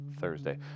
Thursday